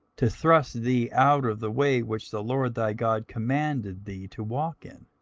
to thrust thee out of the way which the lord thy god commanded thee to walk in.